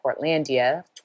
Portlandia